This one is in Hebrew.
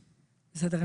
בסדר.